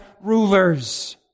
rulers